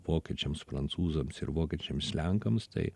vokiečiams prancūzams ir vokiečiams lenkams tai